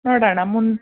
ನೋಡೋಣ ಮುನ್